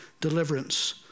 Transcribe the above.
deliverance